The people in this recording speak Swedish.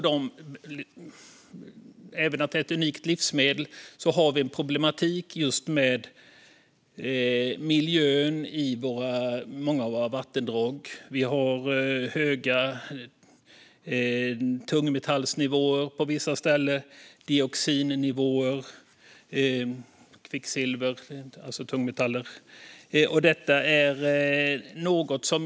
Det finns en problematik kring miljön i många vattendrag. Det är höga tungmetallnivåer - till exempel av kvicksilver - och höga dioxinnivåer på vissa ställen.